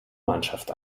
mannschaft